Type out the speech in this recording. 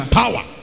power